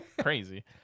crazy